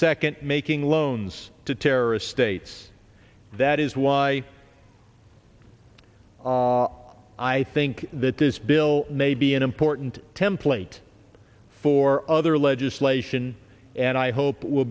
second making loans to terrorist states that is why i think that this bill may be an important template for other legislation and i hope will